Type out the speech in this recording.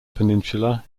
peninsula